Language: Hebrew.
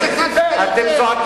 אתה,